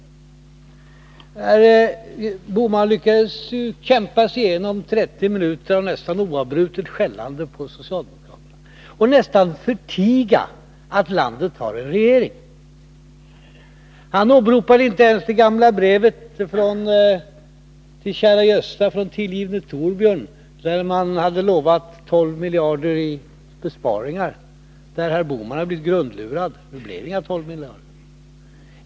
Herr Bohman lyckades kämpa sig igenom 30 minuter av nästan oavbrutet skällande på socialdemokraterna, varvid han i stort sett förteg att landet har en regering. Han åberopade inte ens det gamla brevet till käre Gösta från tillgivne Thorbjörn. I det utlovades ju 12 miljarder kronor i besparingar. Men där blev herr Bohman grundlurad, det blev inga 12 miljarder.